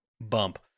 bump